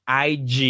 IG